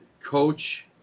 Coach